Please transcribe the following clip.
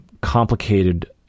complicated